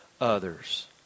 others